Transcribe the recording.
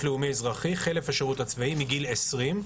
לאומי אזרחי חלף השירות הצבאי מגיל 20,